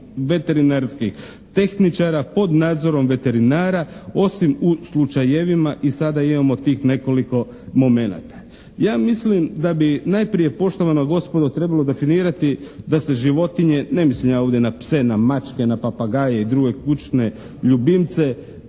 veterinarskih tehničara pod nadzorom veterinara osim u slučajevima i sada imamo tih nekoliko momenata. Ja mislim da bi najprije poštovana gospodo trebalo definirati da se životinje, ne mislim ja ovdje na pse, na mačke, na papagaje i druge kućne ljubimce